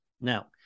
Now